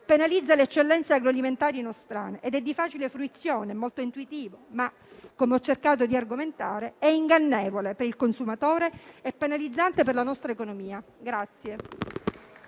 penalizza le eccellenze agroalimentari nostrane, è di facile fruizione e molto intuitivo, ma - come ho cercato di argomentare - è ingannevole per il consumatore e penalizzante per la nostra economia